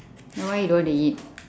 then why you don't want to eat